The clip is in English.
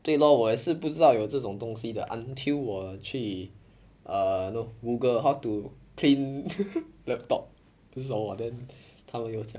对 lor 我也是不知道有这种东西的 until 我去 err you know google err how to clean laptop 什么 then 他们又讲